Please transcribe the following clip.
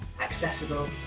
accessible